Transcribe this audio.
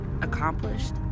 accomplished